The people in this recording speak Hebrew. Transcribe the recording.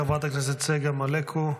חברת הכנסת צגה מלקו.